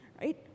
right